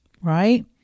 right